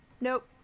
Nope